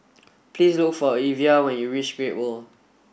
please look for Evia when you reach Great World